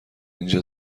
اینجا